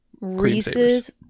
Reese's